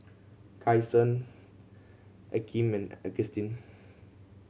Kyson Akeem and Agustin